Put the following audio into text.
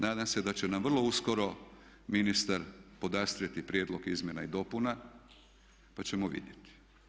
Nadam se da će nam vrlo uskoro ministar podastrijeti prijedlog izmjena i dopuna, pa ćemo vidjeti.